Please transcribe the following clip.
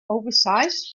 oversized